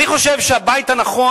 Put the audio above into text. אני חושב שהבית הנכון,